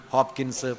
Hopkins